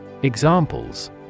Examples